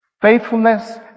Faithfulness